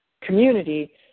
community